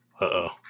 Uh-oh